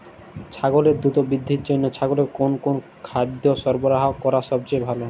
ছাগলের দ্রুত বৃদ্ধির জন্য ছাগলকে কোন কোন খাদ্য সরবরাহ করা সবচেয়ে ভালো?